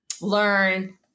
learn